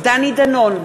דני דנון,